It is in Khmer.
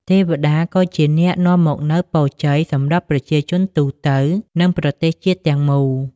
ទេវតាក៏ជាអ្នកនាំមកនូវពរជ័យសម្រាប់ប្រជាជនទូទៅ និងប្រទេសជាតិទាំងមូល។